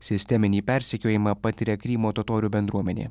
sisteminį persekiojimą patiria krymo totorių bendruomenė